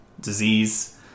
disease